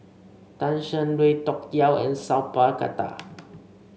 Tan Shen Lui Tuck Yew and Sat Pal Khattar